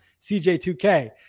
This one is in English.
CJ2K